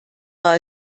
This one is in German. war